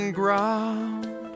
ground